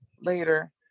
later